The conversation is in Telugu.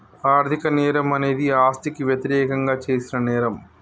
ఆర్థిక నేరం అనేది ఆస్తికి వ్యతిరేకంగా చేసిన నేరం